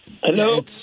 Hello